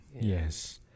Yes